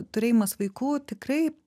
turėjimas vaikų tikrai